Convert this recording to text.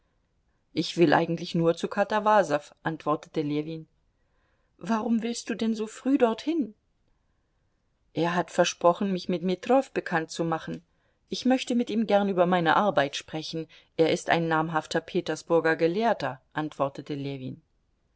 ich will eigentlich nur zu katawasow antwortete ljewin warum willst du denn so früh dorthin er hat versprochen mich mit metrow bekannt zu machen ich möchte mit ihm gern über meine arbeit sprechen er ist ein namhafter petersburger gelehrter antwortete ljewin